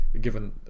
given